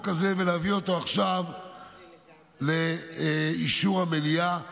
הזה ולהביא אותו עכשיו לאישור המליאה.